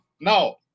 Now